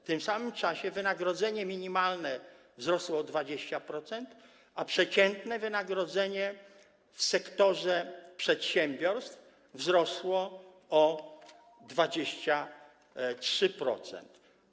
W tym samym czasie wynagrodzenie minimalne wzrosło o 20%, a przeciętne wynagrodzenie w sektorze przedsiębiorstw - o 23%.